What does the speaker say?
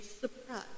surprise